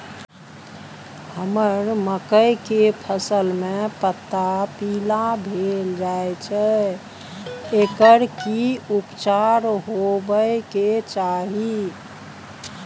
हमरा मकई के फसल में पता पीला भेल जाय छै एकर की उपचार होबय के चाही?